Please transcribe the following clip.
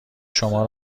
شما